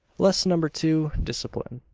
lesson number two, discipline.